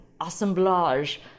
assemblage